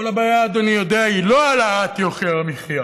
הבעיה, אדוני יודע, היא לא העלאת יוקר המחיה